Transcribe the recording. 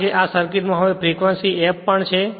કારણ કે આ સર્કિટ માં હવે ફ્રેક્વંસી f પણ છે